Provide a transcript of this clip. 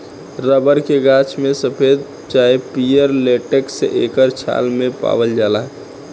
rubber के गाछ में सफ़ेद चाहे पियर लेटेक्स एकर छाल मे पावाल जाला